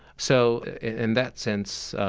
so in that sense,